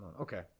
Okay